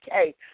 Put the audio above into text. okay